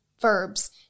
verbs